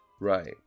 Right